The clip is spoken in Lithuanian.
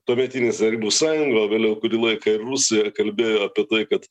ir tuometinis tarybų sąjunga o vėliau kurį laiką ir rusija kalbėjo apie tai kad